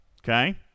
okay